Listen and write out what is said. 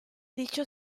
dicho